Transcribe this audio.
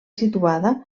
situada